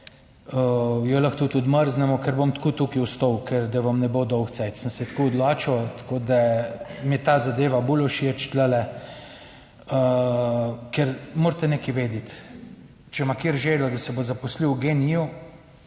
jo lahko tudi odmrznemo, ker bom tako tukaj ostal, ker da vam ne bo dolgcajt, sem se tako odločil, tako da mi je ta zadeva bolj všeč tule. Ker morate nekaj vedeti, če ima kateri željo, da se bo zaposlil v GEN-I-ju,